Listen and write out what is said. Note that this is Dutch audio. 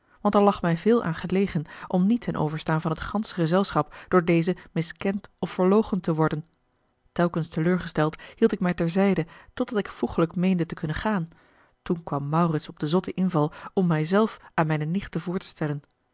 want er lag mij veel aan gelegen om niet ten overstaan van het gansche gezelschap door deze miskend of verloochend te worden telkens teleurgesteld hield ik mij ter zijde totdat ik voeglijk meende te kunnen gaan toen kwam maurits op den zotten inval om mij zelf aan mijne nichten voor te stellen